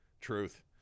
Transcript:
Truth